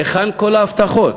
היכן כל ההבטחות?